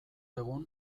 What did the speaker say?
egun